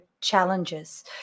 challenges